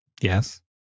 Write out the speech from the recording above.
Yes